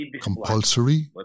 compulsory